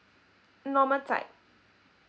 normal type